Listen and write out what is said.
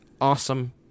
awesome